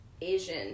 Asian